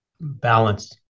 Balance